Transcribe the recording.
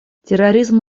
терроризм